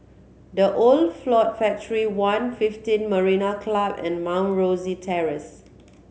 The Old Ford Factory One fiften Marina Club and Mount Rosie Terrace